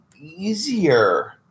easier